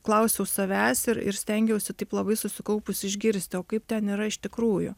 klausiau savęs ir ir stengiausi taip labai susikaupus išgirsti o kaip ten yra iš tikrųjų